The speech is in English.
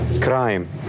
crime